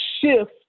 shift